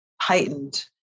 heightened